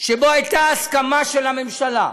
שבו הייתה הסכמה של הממשלה,